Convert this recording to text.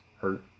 hurt